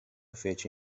fece